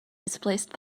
displaced